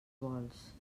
vols